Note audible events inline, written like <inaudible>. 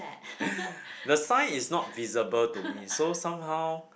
<breath> the sign is not visible to me so somehow